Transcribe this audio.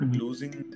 losing